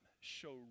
show